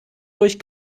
durch